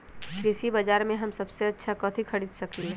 कृषि बाजर में हम सबसे अच्छा कथि खरीद सकींले?